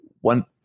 one